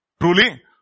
Truly